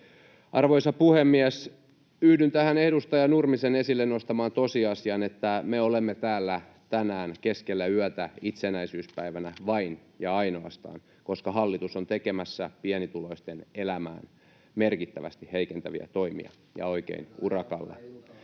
Arvoisa puhemies! Yhdyn tähän edustaja Nurmisen esille nostamaan tosiasiaan, että me olemme täällä tänään keskellä yötä itsenäisyyspäivänä vain ja ainoastaan, koska hallitus on tekemässä pienituloisten elämään merkittävästi heikentäviä toimia ja oikein urakalla.